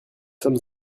sommes